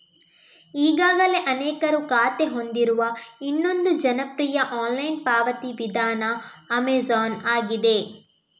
ಈಗಾಗಲೇ ಅನೇಕರು ಖಾತೆ ಹೊಂದಿರುವ ಇನ್ನೊಂದು ಜನಪ್ರಿಯ ಆನ್ಲೈನ್ ಪಾವತಿ ವಿಧಾನ ಅಮೆಜಾನ್ ಆಗಿದೆ